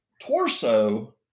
torso